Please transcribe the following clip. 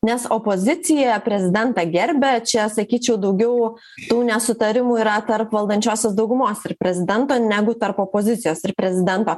nes opozicija prezidentą gerbia čia sakyčiau daugiau tų nesutarimų yra tarp valdančiosios daugumos ir prezidento negu tarp opozicijos ir prezidento